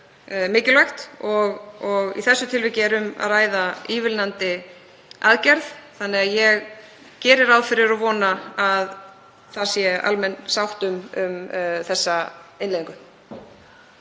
mikilvæg og í þessu tilviki er um að ræða ívilnandi aðgerð þannig að ég geri ráð fyrir og vona að það sé almenn sátt um þessa innleiðingu.